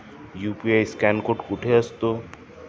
UPI scan code कुठे असतो?